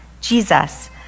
Jesus